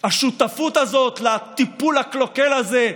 השותפות הזאת לטיפול הקלוקל הזה,